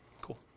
Cool